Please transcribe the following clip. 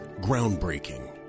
Groundbreaking